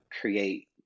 create